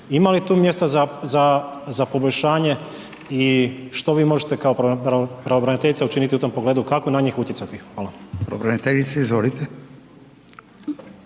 ima li tu mjesta za poboljšanje i što vi možete kao pravobraniteljica učiniti u tom pogledu, kako na njih utjecati? Hvala. **Radin, Furio